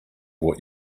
what